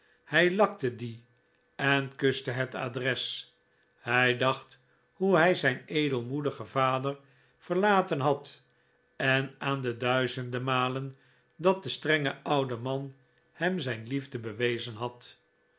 hij lakte dien en kuste het adres hij dacht hoe hij zijn edelmoedigen vader verlaten had en aan de duizenden malen dat de strenge oude man hem zijn liefde bewezen had